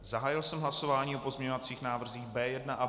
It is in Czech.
Zahájil jsem hlasování o pozměňovacích návrzích B1 a B2.